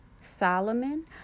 Solomon